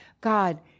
God